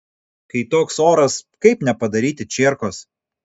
kai toks oras kaip nepadaryti čierkos